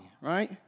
right